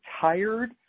tired